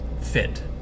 fit